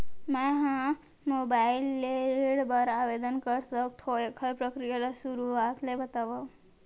का मैं ह मोबाइल ले ऋण बर आवेदन कर सकथो, एखर प्रक्रिया ला शुरुआत ले बतावव?